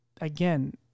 again